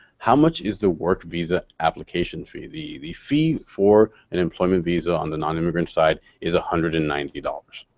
how much is the work visa application fee? the the fee for an employment visa, on the non-immigrant side, is one hundred and ninety dollars.